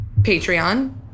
Patreon